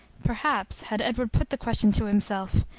perhaps, had edward put the question to himself,